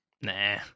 Nah